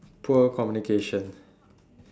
poor communication